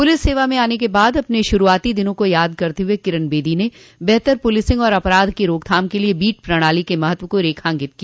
police सेवा में आने के बाद अपने शुरूआती दिनों को याद करते हुए किरन बेदी ने बेहतर पुलिसिंग और अपराध की रोकथाम के लिये बीट प्रणाली क महत्व को रेखांकित किया